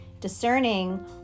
discerning